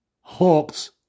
Hawks